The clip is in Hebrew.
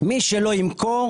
מי שלא ימכור